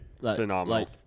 Phenomenal